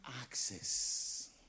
access